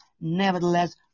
Nevertheless